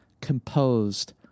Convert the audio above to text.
composed